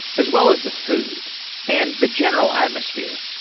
as well as the food and the general atmosphere.